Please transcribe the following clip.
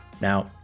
Now